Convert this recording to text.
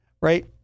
right